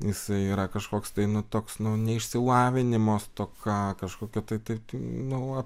jisai yra kažkoks tai nu toks nu neišsilavinimo stoka kažkokia tai tai nu